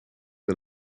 wel